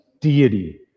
deity